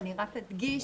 אני רק אדגיש,